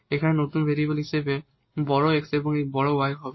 এখানে নতুন ভেরিয়েবল হিসাবে বড় X এবং এই বড় Y হবে